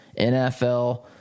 NFL